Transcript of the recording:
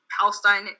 Palestine